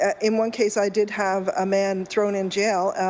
ah in one case i did have a man thrown in jail.